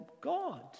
God